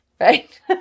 right